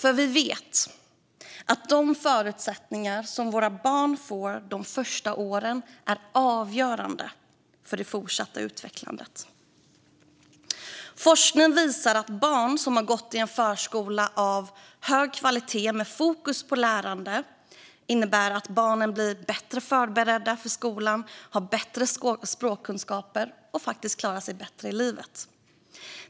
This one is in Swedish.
Vi vet att de förutsättningar som våra barn får de första åren är avgörande för den fortsatta utvecklingen. Forskning visar att barn som har gått i en förskola av hög kvalitet med fokus på lärande blir bättre förberedda för skolan, har bättre språkkunskaper och faktiskt klarar sig bättre i livet.